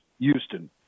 Houston